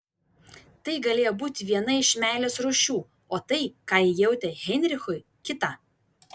tai galėjo būti viena iš meilės rūšių o tai ką ji jautė heinrichui kita